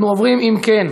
אנחנו עוברים, אם כן,